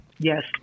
Yes